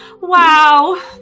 Wow